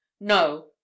no